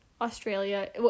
Australia